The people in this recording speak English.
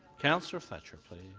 councillor fletcher, please.